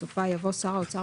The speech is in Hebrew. בסופה יבוא "שר האוצר,